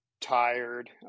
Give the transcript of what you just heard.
tired